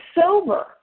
sober